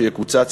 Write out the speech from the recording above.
שיקוצץ,